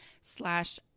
slash